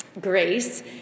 grace